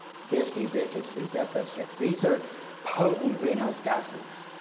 cfcs, hfcs, s f six. these are potent greenhouse gases.